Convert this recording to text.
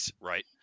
Right